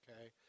Okay